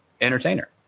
entertainer